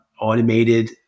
automated